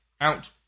out